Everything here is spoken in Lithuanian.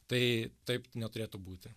tai taip neturėtų būti